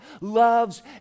loves